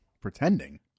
Pretending